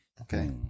Okay